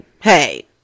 hey